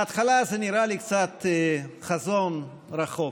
בהתחלה זה נראה לי קצת חזון רחוק,